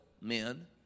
men